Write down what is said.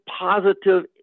positive